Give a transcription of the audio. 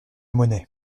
monnaie